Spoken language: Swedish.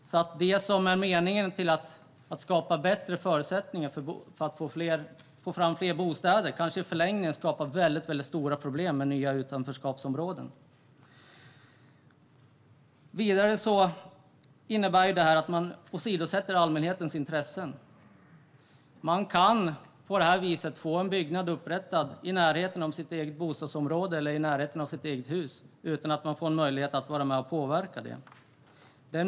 Det som är menat att skapa bättre förutsättningar för att få fram fler bostäder kommer alltså kanske i förlängningen att i stället skapa väldigt stora problem med nya utanförskapsområden. Vidare innebär detta att allmänhetens intressen åsidosätts. På det här viset kan en byggnad uppföras i närheten av ens eget bostadsområde eller i närheten av ens eget hus utan att man får möjlighet att vara med och påverka det.